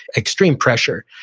extreme pressure.